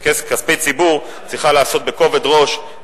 כספי ציבור צריכה להיעשות בכובד ראש,